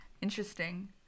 Interesting